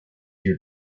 your